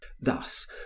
thus